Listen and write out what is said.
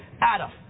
Adam